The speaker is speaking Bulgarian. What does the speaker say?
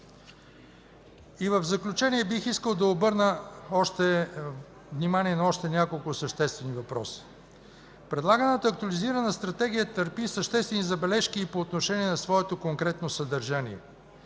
В заключение, бих искал да обърна внимание на още няколко съществени въпроса. Предлаганата актуализирана Стратегия търпи съществени забележки и по отношение на своето конкретно съдържание.